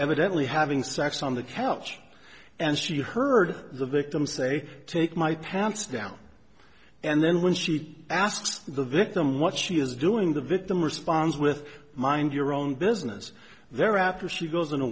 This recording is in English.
evidently having sex on the couch and she heard the victim say take my pants down and then when she asks the victim what she is doing the victim responds with mind your own business there after she goes